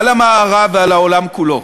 על המערב ועל העולם כולו.